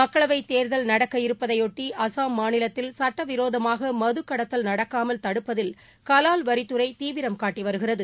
மக்களவைத் தேர்தல் நடக்க இருப்பதையொட்டி அஸ்ஸாம் மாநிலத்தில் சட்டவிரோதமாக மதுக்கடத்தல் நடக்காமல் தடுப்பதில் கலால் வரித்துறை தீவிரம் காட்டி வருகிறது